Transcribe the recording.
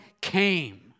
came